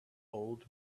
old